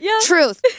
Truth